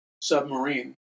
submarine